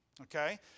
Okay